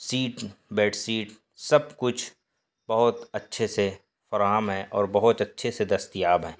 set bed set سب کچھ بہت اچھے سے فراہم ہے اور بہت اچھے سے دستیاب ہیں